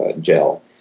gel